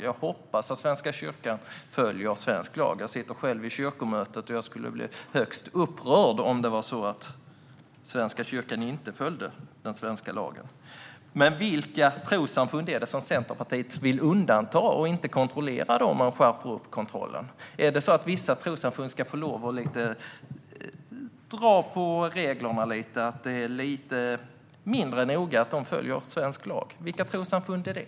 Jag hoppas att Svenska kyrkan följer svensk lag. Jag sitter själv i kyrkomötet, och jag skulle bli mycket upprörd om Svenska kyrkan inte följde den svenska lagen. Men vilka trossamfund vill Centerpartiet undanta och inte kontrollera om man skärper kontrollen? Är det så att vissa trossamfund ska få lov att så att säga tumma lite grann på reglerna och att det är lite mindre noga att de följer svensk lag? Vilka trossamfund är det?